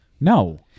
no